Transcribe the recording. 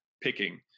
picking